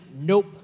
nope